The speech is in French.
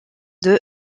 deux